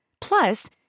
Plus